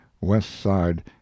west-side